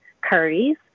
curries